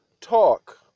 Talk